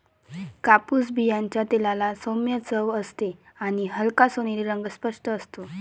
कापूस बियांच्या तेलाला सौम्य चव असते आणि हलका सोनेरी रंग स्पष्ट असतो